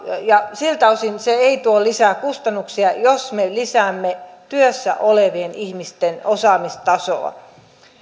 ja siltä osin se ei tuo lisää kustannuksia jos me lisäämme työssä olevien ihmisten osaamistasoa